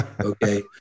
Okay